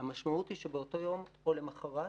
המשמעות היא שבאותו יום או למוחרת,